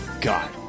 God